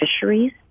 fisheries